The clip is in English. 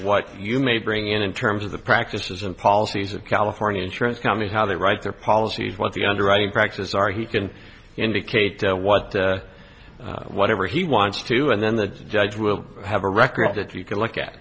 what you may bring in in terms of the practices and policies of california insurance companies how they write their policies what the underwriting practices are he can indicate what whatever he wants to and then the judge will have a record that you can look at